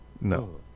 No